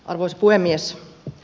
arvoisa puhemies